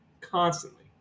Constantly